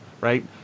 right